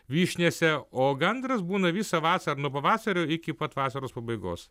vyšniose o gandras būna visą vasarą nuo pavasario iki pat vasaros pabaigos